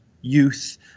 youth